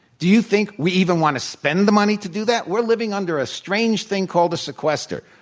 do you think we even want to spend the money to do that? we're living under a strange thing called a sequester.